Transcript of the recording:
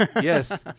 Yes